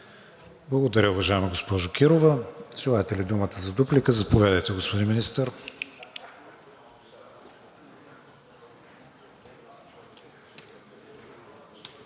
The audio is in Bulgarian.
Благодаря, уважаема госпожо Кирова. Желаете ли думата за дуплика? Заповядайте, господин Министър.